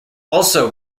also